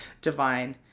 divine